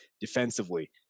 defensively